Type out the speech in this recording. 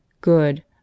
good